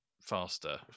faster